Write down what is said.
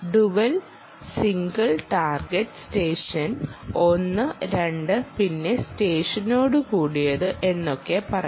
dual single target station ഒന്ന് രണ്ട് പിന്നെ സപ്റേഷനോടു കൂടിയത് എന്നൊക്കെ പറയാം